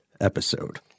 episode